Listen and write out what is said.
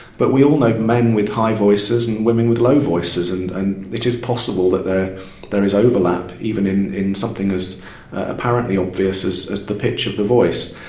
but we all know men with high voices and women with low voices and and it is possible that there there is overlap even in in something as apparently obvious as the pitch of the voice.